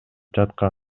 жаткан